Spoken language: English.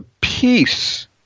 peace